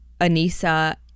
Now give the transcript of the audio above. Anissa